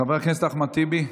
חבר הכנסת אחמד טיבי,